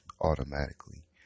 automatically